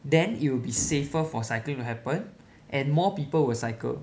then it will be safer for cycling to happen and more people will cycle